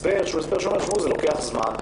שזה לוקח זמן,